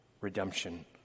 redemption